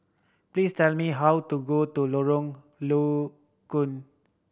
please tell me how to go to Lorong Low Koon